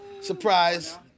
surprise